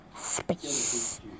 space